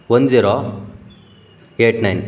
one zero eight nine